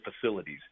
facilities